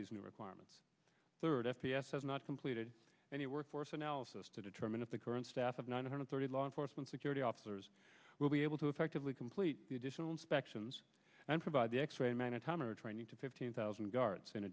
these new requirements third f p s has not completed any work force analysis to determine if the current staff of one hundred thirty law enforcement security officers will be able to effectively complete the additional inspections and provide the x ray magnetometer training to fifteen thousand guards in